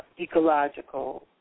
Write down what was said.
ecological